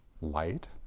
light